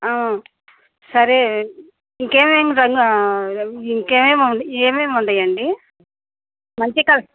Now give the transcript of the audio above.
సరే ఇంకేమేమి రంగు ఇంకేమేమి ఏమేమి ఉన్నాయండి మంచి కలర్